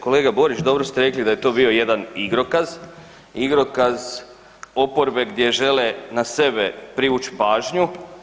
Kolega Borić dobro ste rekli da je to bio jedan igrokaz, igrokaz oporbe gdje žele na sebe privući pažnju.